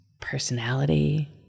personality